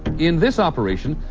in this operation,